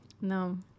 No